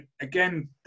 Again